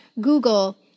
Google